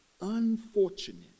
unfortunate